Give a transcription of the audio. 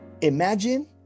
Imagine